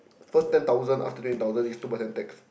first ten thousand after twenty thousand is two percent tax